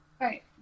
Right